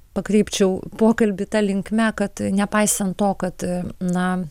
pakreipčiau pokalbį ta linkme kad nepaisant to kad na